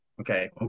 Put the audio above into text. Okay